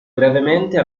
gravemente